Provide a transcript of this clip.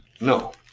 No